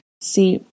See